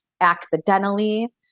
accidentally